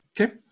Okay